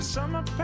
summer